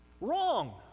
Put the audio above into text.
Wrong